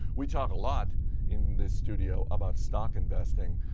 we talk a lot in this studio about stock investing.